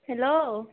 hello